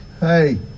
Hey